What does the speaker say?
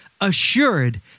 assured